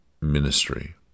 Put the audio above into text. ministry